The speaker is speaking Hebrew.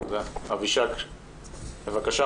אבישג בבקשה,